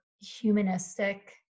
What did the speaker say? humanistic